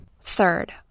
Third